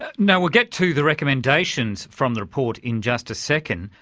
you know we'll get to the recommendations from the report in just a second,